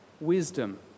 wisdom